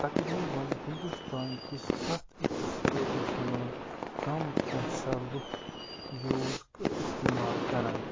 تقریباً ہِندوستانکِس پرٛتھ أکِس سِٹیٹَس مَنٛز کم کیٚنٛژھا لُکھ یوٗز اِستِمال کَران